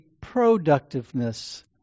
productiveness